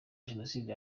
jenoside